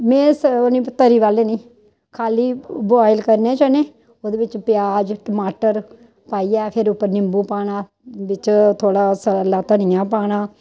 में स ओह् निं तरी वाले निं खाल्ली बोआयल करने चने ओह्दे बिच्च प्याज टमाटर पाइयै फिर उप्पर निम्बू पाना बिच्च थोड़ा सैल्ला धनिया पाना